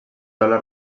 taula